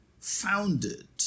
founded